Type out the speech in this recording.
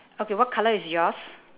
okay what colour is yours